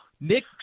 Nick